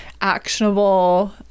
actionable